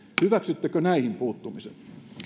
hyväksyttekö näihin puuttumisen